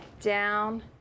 Down